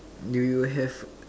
do you have